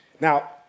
Now